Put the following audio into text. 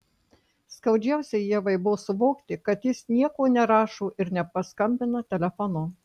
skaudžiausia ievai buvo suvokti kad jis nieko nerašo ir nepaskambina telefonu